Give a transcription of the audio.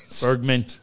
Bergman